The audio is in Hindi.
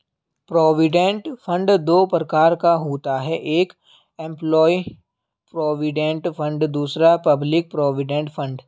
प्रोविडेंट फंड दो प्रकार का होता है एक एंप्लॉय प्रोविडेंट फंड दूसरा पब्लिक प्रोविडेंट फंड